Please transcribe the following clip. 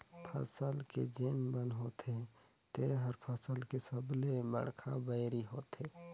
फसल के जेन बन होथे तेहर फसल के सबले बड़खा बैरी होथे